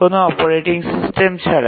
কোনও operating system ছাড়া